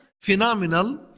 phenomenal